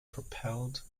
propelled